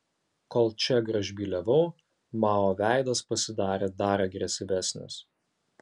kol čia gražbyliavau mao veidas pasidarė dar agresyvesnis